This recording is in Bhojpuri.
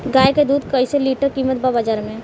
गाय के दूध कइसे लीटर कीमत बा बाज़ार मे?